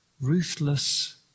Ruthless